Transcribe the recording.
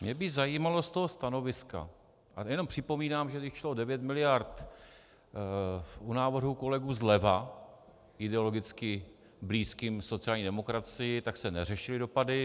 Mě by zajímalo z toho stanoviska a jenom připomínám, že když šlo o 9 mld. u návrhu kolegů zleva, ideologicky blízkým sociální demokracii, tak se neřešily dopady.